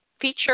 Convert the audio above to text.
feature